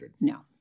No